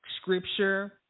scripture